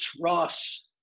Ross